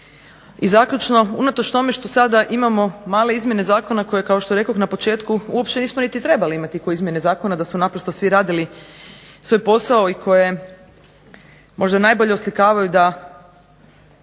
I zaključno, unatoč tome što sada imamo male izmjene zakona koje kao što rekoh na početku uopće nismo niti trebali imati kao izmjene zakona da su naprosto svi radili svoj posao i koje možda najbolje oslikavaju da